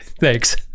Thanks